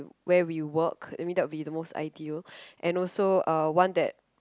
where we work I mean that'll be the most ideal and also uh one that